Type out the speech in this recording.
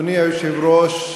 אדוני היושב-ראש,